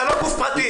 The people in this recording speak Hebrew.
אתה לא גוף פרטי.